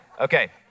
Okay